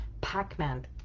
Pac-Man